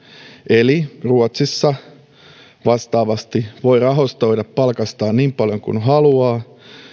eli ruotsissa vastaavasti voi rahastoida palkastaan niin paljon kuin haluaa